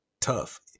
tough